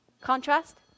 contrast